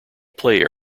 play